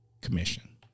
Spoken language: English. commission